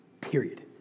period